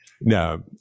No